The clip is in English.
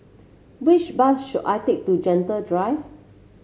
which bus should I take to Gentle Drive